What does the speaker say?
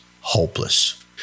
hopeless